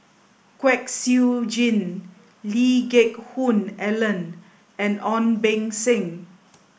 Kwek Siew Jin Lee Geck Hoon Ellen and Ong Beng Seng